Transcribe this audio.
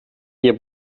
wir